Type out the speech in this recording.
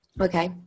Okay